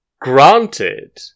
granted